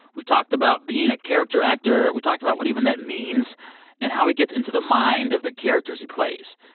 we talked about being a character actor. we talked about what even that means and how he gets into the mind of the characters he plays.